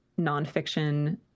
nonfiction